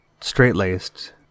straight-laced